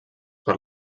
per